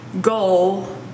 goal